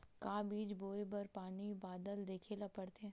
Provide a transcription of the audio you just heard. का बीज बोय बर पानी बादल देखेला पड़थे?